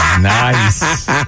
Nice